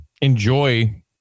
enjoy